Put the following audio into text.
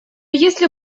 если